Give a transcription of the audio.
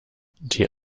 die